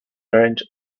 range